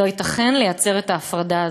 לא ייתכן לייצר את ההפרדה הזאת.